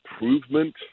improvement